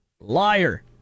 Liar